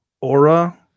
aura